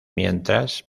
mientras